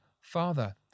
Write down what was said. father